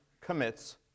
commits